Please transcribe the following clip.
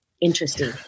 interesting